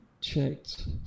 checked